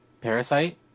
Parasite